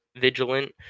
vigilant